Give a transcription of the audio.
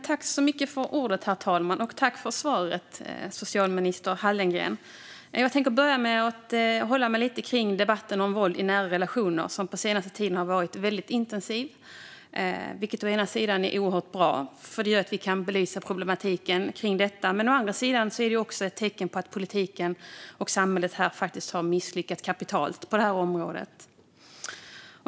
Herr talman! Tack för svaret, socialminister Hallengren! Jag tänker börja med att uppehålla mig lite vid debatten om våld i nära relationer, som den senaste tiden har varit väldigt intensiv. Det är å ena sidan oerhört bra, för det gör att vi kan belysa problematiken kring detta. Men å andra sidan är det också ett tecken på att politiken och samhället faktiskt har misslyckats kapitalt på det här området.